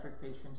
patients